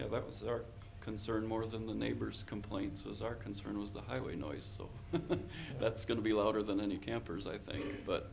that was our concern more than the neighbor's complaints was our concern was the highway noise so that's going to be louder than any campers i think but